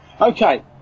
Okay